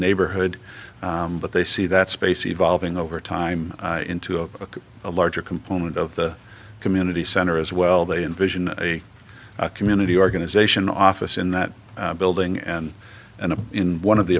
neighborhood but they see that space evolving over time into a larger component of the community center as well they envision a community organization office in that building and and in one of the